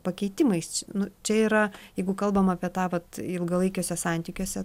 pakeitimais nu čia yra jeigu kalbam apie tą vat ilgalaikiuose santykiuose